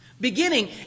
Beginning